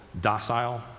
docile